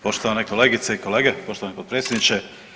Poštovane kolegice i kolege, poštovani potpredsjedniče.